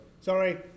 Sorry